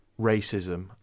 racism